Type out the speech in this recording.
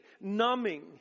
numbing